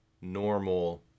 normal